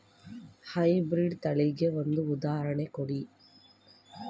High breed ತಳಿಗೆ ಒಂದು ಉದಾಹರಣೆ ಕೊಡಿ?